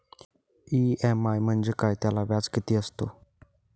EMI म्हणजे काय? त्याला व्याज किती असतो?